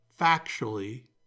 factually